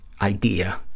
idea